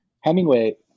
Hemingway